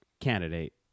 candidate